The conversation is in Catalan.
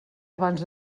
abans